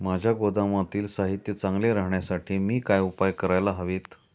माझ्या गोदामातील साहित्य चांगले राहण्यासाठी मी काय उपाय काय करायला हवेत?